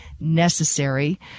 necessary